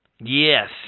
Yes